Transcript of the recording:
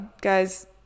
guys